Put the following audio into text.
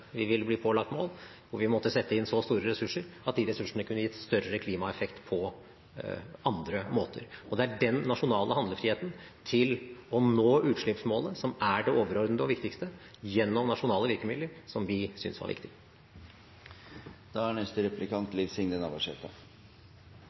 vil gi best klimaeffekt. Det kunne være slik at vi ville blitt pålagt mål hvor vi måtte sette inn så store ressurser at disse ressursene kunne gitt større klimaeffekt på andre måter. Og det er denne nasjonale handlefriheten til å nå utslippsmålet gjennom nasjonale virkemidler som er det overordnede og viktigste, og det som vi syntes var viktig.